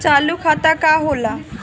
चालू खाता का होला?